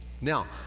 Now